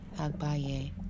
Agbaye